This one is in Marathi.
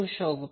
8 लॅगिंग आहे